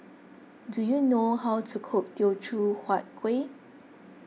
do you know how to cook Teochew Huat Kuih